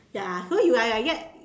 ya so you are like that